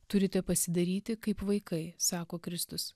turite pasidaryti kaip vaikai sako kristus